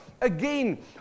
Again